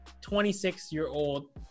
26-year-old